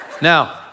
Now